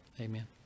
Amen